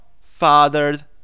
fathered